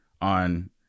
on